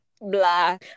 blah